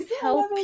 help